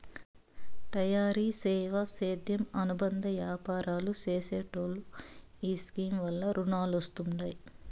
తయారీ, సేవా, సేద్యం అనుబంద యాపారాలు చేసెటోల్లో ఈ స్కీమ్ వల్ల రునాలొస్తండాయి